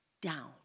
down